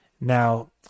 Now